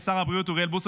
שר הבריאות אוריאל בוסו,